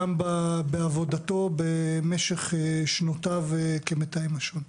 גם בעבודתו במשך שנותיו כמתאם השבויים.